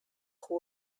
who